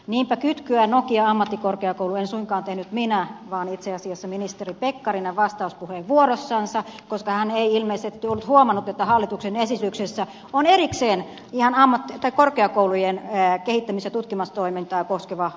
niinpä kytkyä nokiaan ja ammattikorkeakouluun en suinkaan tehnyt minä vaan itse asiassa ministeri pekkarinen vastauspuheenvuorossansa koska hän ei ilmeisesti ollut huomannut että hallituksen esityksessä on erikseen ihan korkeakoulujen kehittämis ja tutkimustoimintaa koskeva momentti auki